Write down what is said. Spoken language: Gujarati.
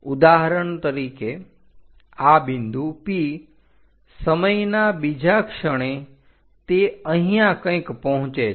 ઉદાહરણ તરીકે આ બિંદુ P સમયના બીજા ક્ષણે તે અહીંયા કંઈક પહોંચે છે